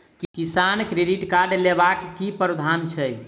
किसान credit card लेबाक की प्रावधान छै?